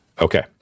Okay